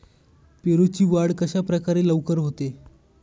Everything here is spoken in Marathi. पेरूची वाढ कशाप्रकारे लवकर होते?